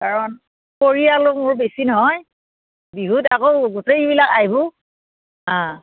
কাৰণ পৰিয়ালো মোৰ বেছি নহয় বিহুত আকৌ গোটেইবিলাক আহিব